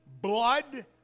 blood